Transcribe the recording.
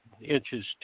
inches